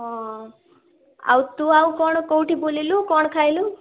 ହଁ ଆଉ ତୁ ଆଉ କଣ କୋଉଠି ବୁଲିଲୁ କଣ ଖାଇଲୁ